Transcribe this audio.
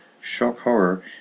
shock-horror